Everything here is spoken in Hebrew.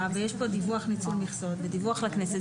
ויש פה דיווח ניצול מכסות ודיווח לכנסת.